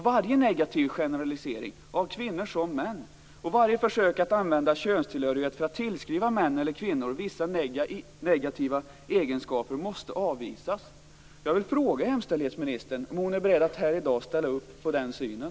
Varje negativ generalisering av såväl kvinnor som män och varje försök att använda könstillhörigheten för att tillskriva män/kvinnor vissa negativa egenskaper måste avvisas. Jag vill fråga om jämställdhetsministern är beredd att här i dag ställa upp på den synen.